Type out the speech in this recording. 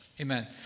amen